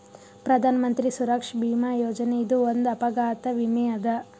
ಪ್ರಧಾನ್ ಮಂತ್ರಿ ಸುರಕ್ಷಾ ಭೀಮಾ ಯೋಜನೆ ಇದು ಒಂದ್ ಅಪಘಾತ ವಿಮೆ ಅದ